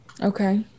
Okay